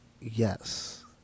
yes